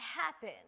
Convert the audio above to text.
happen